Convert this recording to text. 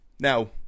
Now